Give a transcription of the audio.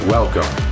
Welcome